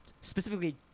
specifically